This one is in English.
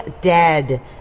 dead